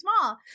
small